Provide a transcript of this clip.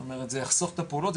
זאת אומרת זה יחסוך את הפעולות,